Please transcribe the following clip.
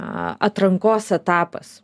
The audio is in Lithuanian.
atrankos etapas